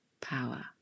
power